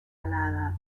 aladas